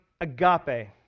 agape